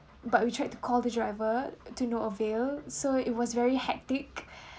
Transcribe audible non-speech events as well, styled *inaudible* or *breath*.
but we try to call the driver to no avail so it was very hectic *breath*